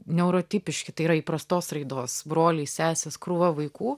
neurotipiški tai yra įprastos raidos broliai sesės krūva vaikų